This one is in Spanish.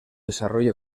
desarrollo